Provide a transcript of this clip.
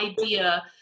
idea